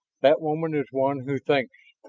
that woman is one who thinks.